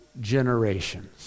generations